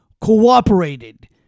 cooperated